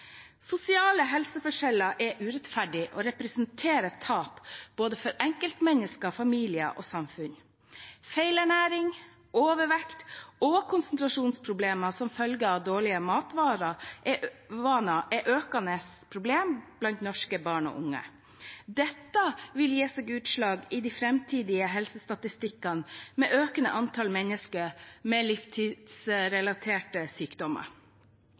Sosiale helseforskjeller er urettferdig og representerer et tap både for enkeltmennesker, for familier og for samfunn. Feilernæring, overvekt og konsentrasjonsproblemer som følge av dårlige matvaner er et økende problem blant norske barn og unge. Dette vil gi seg utslag i de framtidige helsestatistikkene ved økende antall mennesker med livsstilsrelaterte sykdommer.